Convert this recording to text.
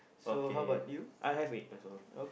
okay I have it also